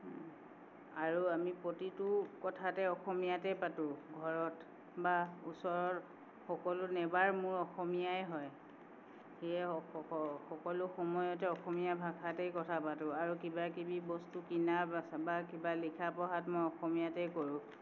আৰু আমি প্ৰতিটো কথাতে অসমীয়াতেই পাতোঁ ঘৰত বা ওচৰৰ সকলো নেইবাৰ মোৰ অসমীয়াই হয় সেয়ে সক সকলো সময়তে অসমীয়া ভাষাতেই কথা পাতোঁ আৰু কিবা কিবি বস্তু কিনা বেচা বা কিবা লেখা পঢ়াত মই অসমীয়াতেই কৰোঁ